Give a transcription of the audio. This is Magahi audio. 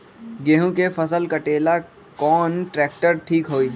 गेहूं के फसल कटेला कौन ट्रैक्टर ठीक होई?